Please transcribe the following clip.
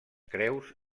creus